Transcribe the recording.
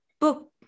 book